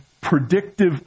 predictive